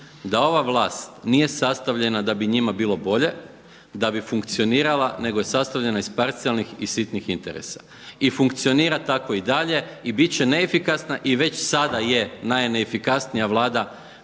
da ova vlast nije sastavljena da bi njima bilo bolje, da bi funkcionirala nego je sastavljena iz parcijalnih i sitnih interesa i funkcionira tako i dalje i bit će neefikasna i već sada je najneefikasnija Vlada